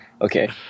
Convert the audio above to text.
Okay